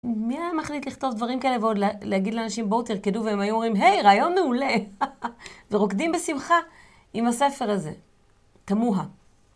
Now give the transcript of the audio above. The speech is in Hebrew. מי היה מחליט לכתוב דברים כאלה, ועוד להגיד לאנשים בואו תרקדו והם היו אומרים, היי, רעיון מעולה, ורוקדים בשמחה עם הספר הזה, תמוה.